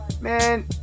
Man